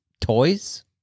toys